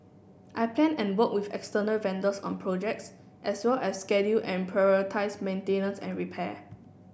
I plan and work with external vendors on projects as well as schedule and prioritise maintenance and repair